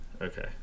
Okay